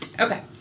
Okay